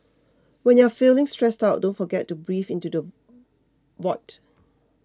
when you are feeling stressed out don't forget to breathe into the void